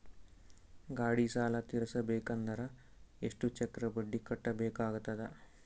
ಗಾಡಿ ಸಾಲ ತಿರಸಬೇಕಂದರ ಎಷ್ಟ ಚಕ್ರ ಬಡ್ಡಿ ಕಟ್ಟಬೇಕಾಗತದ?